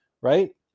right